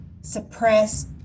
Suppress